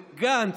וגנץ,